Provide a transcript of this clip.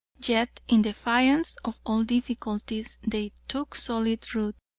yet, in defiance of all difficulties, they took solid root,